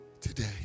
today